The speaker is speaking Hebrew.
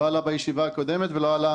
לא עלה בישיבה הקודמת ולא עלה